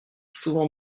souvent